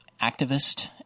activist